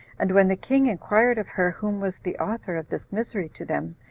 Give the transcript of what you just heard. and when the king inquired of her whom was the author of this misery to them,